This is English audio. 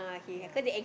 yeah